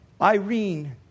Irene